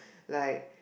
like